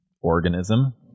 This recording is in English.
organism